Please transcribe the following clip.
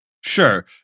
Sure